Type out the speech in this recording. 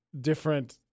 different